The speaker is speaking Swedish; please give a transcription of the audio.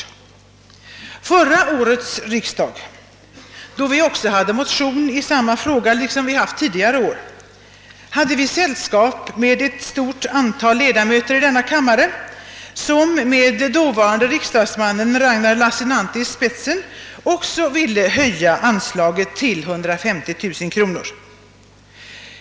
Under förra årets riksdag, då vi också hade en motion i samma fråga liksom under tidigare år, hade vi sällskap med ett stort antal ledamöter i kammaren, som med dåvarande riksdagsmannen Lassinantti i spetsen också ville höja anslaget till 150 000 kronor.